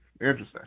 Interesting